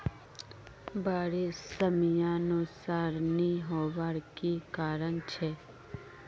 बारिश समयानुसार नी होबार की कारण छे?